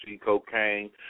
Cocaine